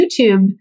YouTube